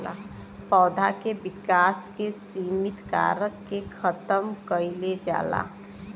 पौधा के विकास के सिमित कारक के खतम कईल जाला